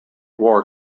war